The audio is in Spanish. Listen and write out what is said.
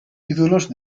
ídolos